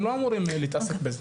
הם לא אמורים להתעסק בזה.